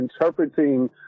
interpreting